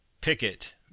picket